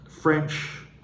French